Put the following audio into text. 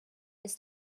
ist